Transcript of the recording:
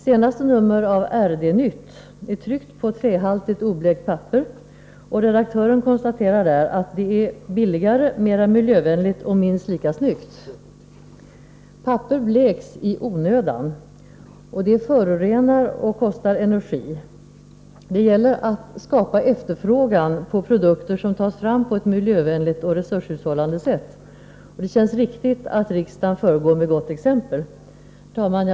Senaste numret av RD-nytt är tryckt på ett trähaltigt, oblekt papper, och redaktören konstaterar där att det är billigare, mera miljövänligt och minst lika snyggt. Papper bleks i onödan. Detta förorenar och kostar energi. Det gäller att skapa efterfrågan på produkter som tas fram på ett miljövänligt och resurshushållande sätt. Det känns riktigt att riksdagen föregår med gott exempel. Herr talman!